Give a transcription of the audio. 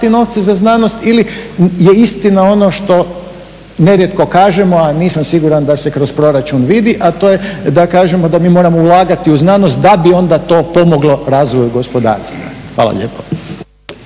novce za znanost ili je istina ono što nerijetko kažemo a nisam siguran da se kroz proračun vidi, a to je da kažemo da mi moramo ulagati u znanost da bi onda to pomoglo razvoju gospodarstva. Hvala lijepa.